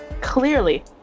clearly